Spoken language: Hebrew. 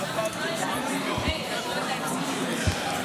כל הכבוד שהערבים עזרו לכם להפיל חוק לחיילי מילואים.